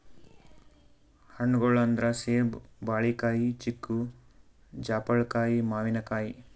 ಹಣ್ಣ್ಗೊಳ್ ಅಂದ್ರ ಸೇಬ್, ಬಾಳಿಕಾಯಿ, ಚಿಕ್ಕು, ಜಾಪಳ್ಕಾಯಿ, ಮಾವಿನಕಾಯಿ